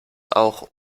auch